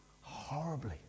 horribly